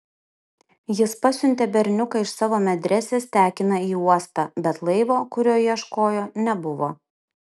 jis pasiuntė berniuką iš savo medresės tekiną į uostą bet laivo kurio ieškojo nebuvo